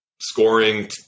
scoring